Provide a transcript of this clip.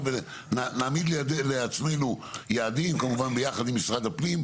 נעמיד לעצמנו יעדים, כמובן ביחד עם משרד הפנים.